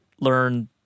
learn